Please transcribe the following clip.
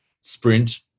Sprint